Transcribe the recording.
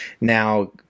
Now